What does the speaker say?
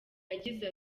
yagize